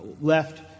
left